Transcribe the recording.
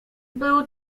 był